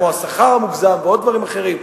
כמו השכר המוגזם ועוד דברים אחרים,